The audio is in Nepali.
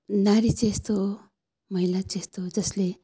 नारी चाहिँ यस्तो हो महिला चाहिँ यस्तो हो जसले